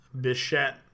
Bichette